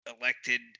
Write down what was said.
elected